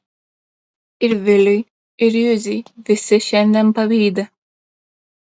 ir viliui ir juzei visi šiandien pavydi